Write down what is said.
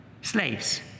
slaves